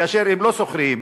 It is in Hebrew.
כאשר הם לא שוכרים,